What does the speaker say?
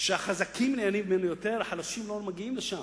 שהחזקים נהנים ממנו יותר, החלשים לא מגיעים לשם.